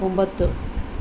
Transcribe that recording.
ಒಂಬತ್ತು